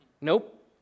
Nope